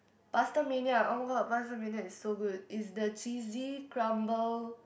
PastaMania [oh]-my-god PastaMania is so good is the cheesy crumble